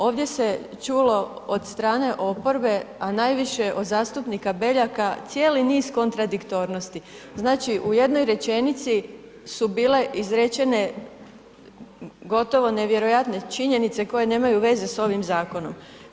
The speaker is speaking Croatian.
Ovdje se čulo od strane oporbe, a najviše od zastupnika Beljaka, cijeli niz kontradiktornosti, znači u jednoj rečenici su bile izrečene gotovo nevjerojatne činjenice koje nemaju veze s ovim zakonom.